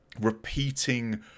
repeating